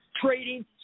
trading